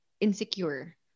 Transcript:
insecure